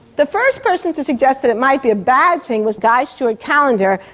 the first person to suggest that it might be a bad thing was guy stewart callendar,